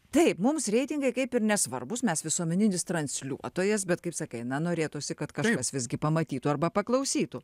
taip mums reitingai kaip ir nesvarbūs mes visuomeninis transliuotojas bet kaip sakai na norėtųsi kad kažkas visgi pamatytų arba paklausytų